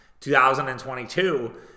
2022